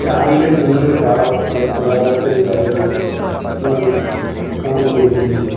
രാവിലെയും നല്ലൊരു കാലാവസ്ഥ തണുത്ത കാലാവസ്ഥയും കാര്യങ്ങളും എന്നാണ് കാണാൻ വേണ്ടി പറ്റുന്നുണ്ട്